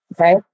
Okay